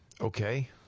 Okay